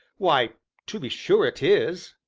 why to be sure it is,